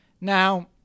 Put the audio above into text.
Now